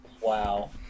wow